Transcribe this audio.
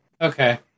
Okay